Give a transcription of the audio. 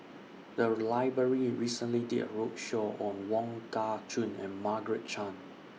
The Library recently did A roadshow on Wong Kah Chun and Margaret Chan